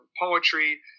poetry